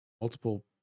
multiple